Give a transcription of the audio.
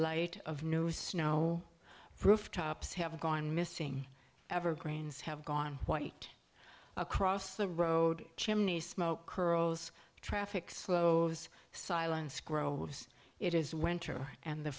light of new snow rooftops have gone missing evergreens have gone white across the road chimneys smoke curls traffic slow silence groves it is winter and the